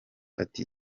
ati